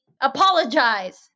apologize